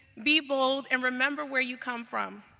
be bold, and remember where you come from.